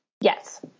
Yes